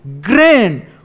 grand